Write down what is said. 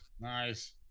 nice